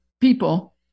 people